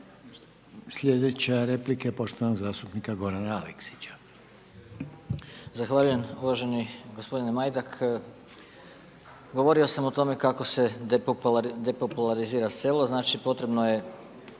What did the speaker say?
Sljedeća replika poštovanog zastupnika Gorana Aleksića.